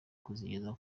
kuzigeza